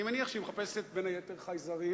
אני מניח שהיא מחפשת בין היתר חייזרים,